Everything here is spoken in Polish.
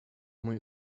mój